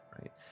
Right